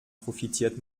profitiert